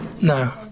No